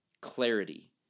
clarity